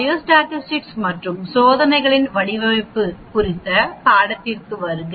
biostatistics மற்றும் சோதனைகளின் வடிவமைப்பு குறித்த பாடத்திற்கு வருக